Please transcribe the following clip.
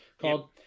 called